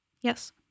Yes